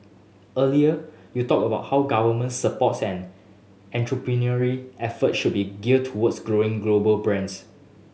earlier you talked about how government supports and entrepreneurial effort should be geared towards growing global brands